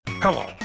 Hello